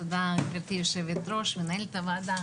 תודה גבירתי היו"ר מנהלת הוועדה,